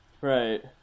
Right